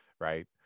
right